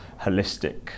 holistic